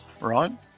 right